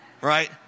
Right